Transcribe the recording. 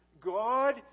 God